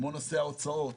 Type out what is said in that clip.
כמו נושא ההוצאות.